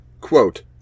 Quote